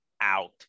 out